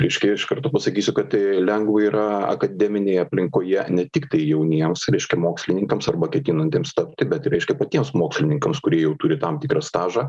reiškia iš karto pasakysiu kad lengva yra akademinėje aplinkoje ne tiktai jauniems reiškia mokslininkams arba ketinantiems tapti bet ir reiškia patiems mokslininkams kurie jau turi tam tikrą stažą